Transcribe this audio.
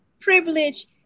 privilege